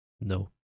No